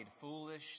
foolish